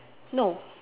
no